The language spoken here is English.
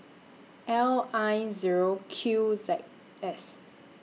L I Zero Q Z S